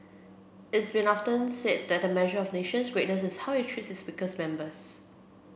it's been often said that a measure of a nation's greatness is how it treats its weakest members